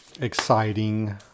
exciting